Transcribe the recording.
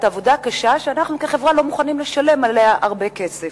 את העבודה הקשה שאנחנו כחברה לא מוכנים לשלם עליה הרבה כסף.